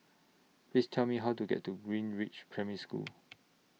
Please Tell Me How to get to Greenridge Primary School